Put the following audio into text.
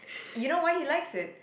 you know why he likes it